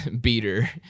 Beater